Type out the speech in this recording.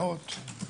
מאות?